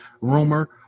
rumor